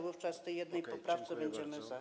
Wówczas przy tej jednej poprawce będziemy za.